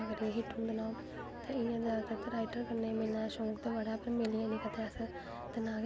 केह् होंदा ऐ कि जियां तुसें मतलव कुश कुड़ियां होंदियां नै